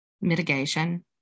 mitigation